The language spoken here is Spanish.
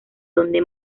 donde